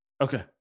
okay